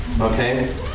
okay